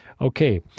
Okay